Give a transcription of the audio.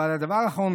אבל הדבר האחרון,